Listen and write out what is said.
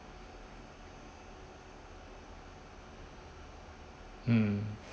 mm